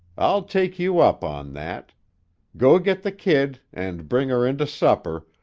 i'll take you up on that go get the kid and bring her in to supper,